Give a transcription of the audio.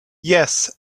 yes